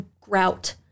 grout